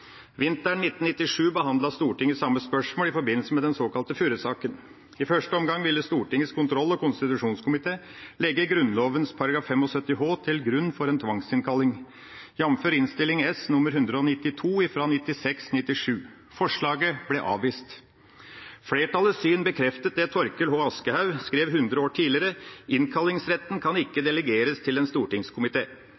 Vinteren 1997 behandlet Stortinget samme spørsmål i forbindelse med den såkalte Furre-saken. I første omgang ville Stortingets kontroll- og konstitusjonskomité legge Grunnloven § 75 h til grunn for en tvangsinnkalling, jf. Innst. S. nr. 192 for 1996–1997. Forslaget ble avvist. Flertallets syn bekreftet det Torkel H. Aschehoug skrev 100 år tidligere: Innkallingsretten kan ikke delegeres til en